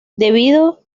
debido